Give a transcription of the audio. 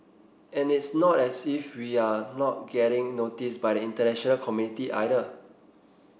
and it's not as if we're not getting noticed by the international community either